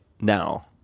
Now